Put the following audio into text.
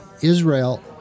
Israel